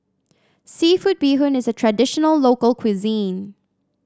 seafood Bee Hoon is a traditional local cuisine